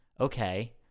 Okay